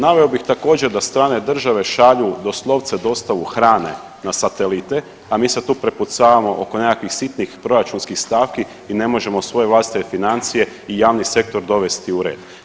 Naveo bih također da strane države šalju doslovce dostavu hrane na satelite, a mi se tu prepucavamo oko nekakvih sitnih proračunskih stavki i ne možemo svoje vlastite financije i javni sektor dovesti u red.